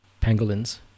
Pangolins